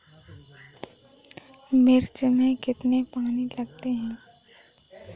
मिर्च में कितने पानी लगते हैं?